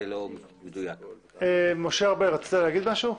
משה ארבל רצית להגיד משהו?